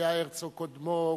וכשהרצוג קודמו,